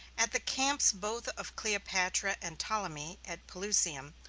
at the camps both of cleopatra and ptolemy, at pelusium,